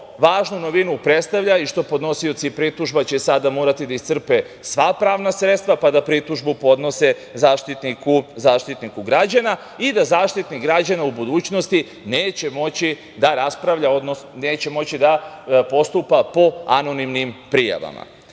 važnu novinu predstavlja i što podnosioci pritužba će sada morati da iscrpe sva pravna sredstva, pa da pritužbu podnose Zaštitniku građana i da Zaštitnik građana u budućnosti neće moći da raspravlja,